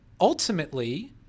ultimately—